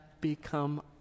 become